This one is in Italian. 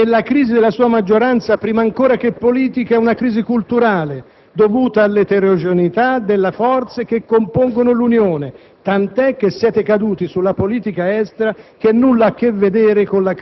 nel suo intervento ha ammesso che la crisi della sua maggioranza è una crisi politica, ma maldestramente ha tentato di giustificarla inserendola all'interno della lunga e incompiuta transizione italiana